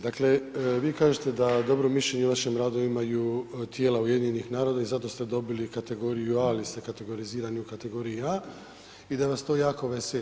Dakle, vi kažete da dobro mišljenje o vašem radu imaju tijela UN-a i zato ste dobili kategoriju A, ali ste kategorizirani u kategoriji A i da vas to jako veseli.